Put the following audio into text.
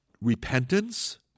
repentance